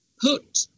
put